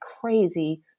crazy